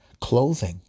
Clothing